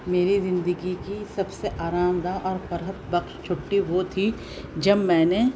میری زندگی کی سب سے آرامدہ اور فرحت بخش چھٹی وہ تھی جب میں نے